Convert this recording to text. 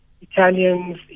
Italians